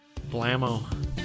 Blammo